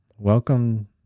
Welcome